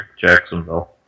Jacksonville